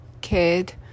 kid